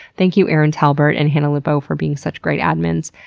thank you erin talbert and hannah lipow for being such great admins.